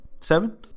Seven